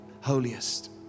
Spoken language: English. holiest